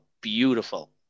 beautiful